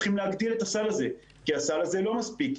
צריך להגדיל את הסל הזה כי הסל הזה לא מספיק.